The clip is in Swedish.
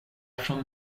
från